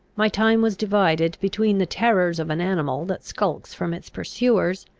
my time was divided between the terrors of an animal that skulks from its pursuers,